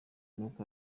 n’uko